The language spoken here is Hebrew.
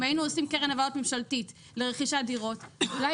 אם היינו עושים קרן ממשלתית לרכישת דירות אולי